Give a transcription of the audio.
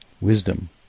wisdom